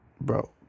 Bro